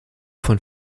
von